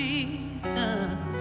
Jesus